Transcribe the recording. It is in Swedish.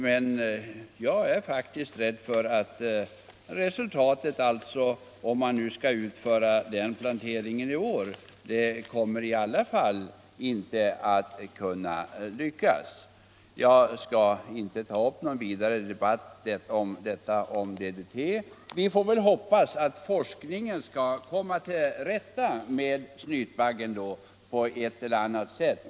Men om man skall utföra den planteringen i år är jag rädd att det inte kommer att lyckas. Jag skall inte ta upp någon vidare debatt om DDT. Vi får väl hoppas att forskningen på ett eller annat sätt skall komma till rätta med snytbaggen.